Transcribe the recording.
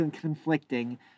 conflicting